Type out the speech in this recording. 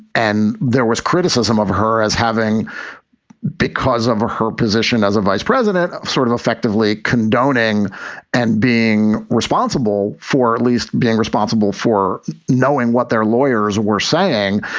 and there was criticism of her as having because of her position as a vice president, sort of effectively condoning and being responsible for at least being responsible for knowing what their lawyers were saying.